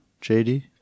JD